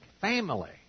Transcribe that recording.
Family